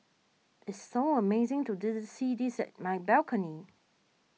it's so amazing to did see this at my balcony